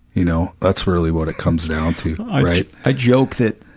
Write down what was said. you know, that's really what it comes down to right? i joke that,